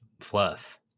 fluff